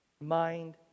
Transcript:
Mind